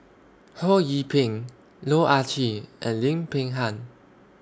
Ho Yee Ping Loh Ah Chee and Lim Peng Han